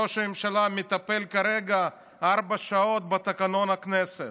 ראש הממשלה מטפל כרגע ארבע שעות בתקנון הכנסת.